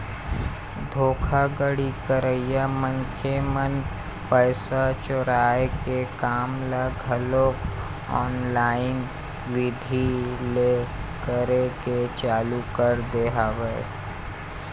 धोखाघड़ी करइया मनखे मन पइसा चोराय के काम ल घलोक ऑनलाईन बिधि ले करे के चालू कर दे हवय